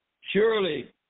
Surely